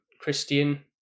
Christian